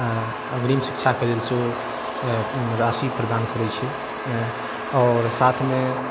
अग्रिम शिक्षाके लेल सेहो राशि प्रदान करै छै आओर साथमे